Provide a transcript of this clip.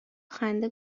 خنده